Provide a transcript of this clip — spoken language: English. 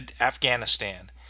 Afghanistan